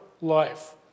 life